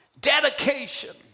dedication